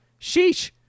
sheesh